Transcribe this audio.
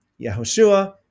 Yahushua